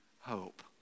hope